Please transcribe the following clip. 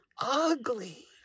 ugly